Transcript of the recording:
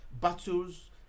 battles